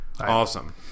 Awesome